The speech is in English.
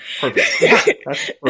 Perfect